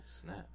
snap